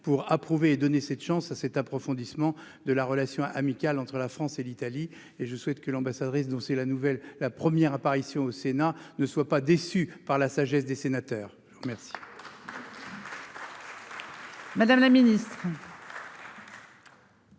pour approuver et donner cette chance à cet approfondissement de la relation amicale entre la France et l'Italie, et je souhaite que l'ambassadrice, dont c'est la nouvelle la première apparition au Sénat ne soit pas déçu par la sagesse des sénateurs merci.